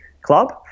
club